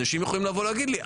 אנשים יכולים לבוא ולהגיד לי,